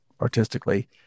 artistically